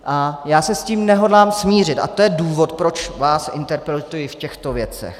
A já se s tím nehodlám smířit a to je důvod, proč vás interpeluji v těchto věcech.